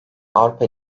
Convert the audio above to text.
avrupa